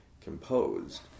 composed